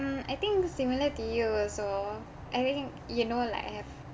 mm I think similar to you also everything you know like I have